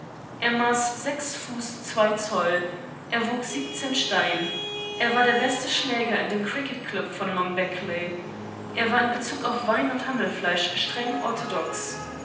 er maß sechs fuß zwei zoll er wog siebzehn stein er war der beste schläger in dem cricket club von long beckley er war in bezug auf wein und hammelfleisch streng orthodox